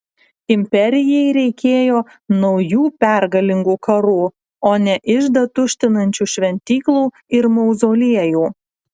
imperijai reikėjo naujų pergalingų karų o ne iždą tuštinančių šventyklų ir mauzoliejų